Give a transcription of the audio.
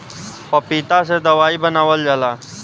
पपीता से दवाई बनावल जाला